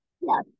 yes